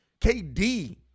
KD